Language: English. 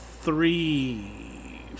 three